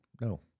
No